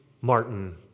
Martin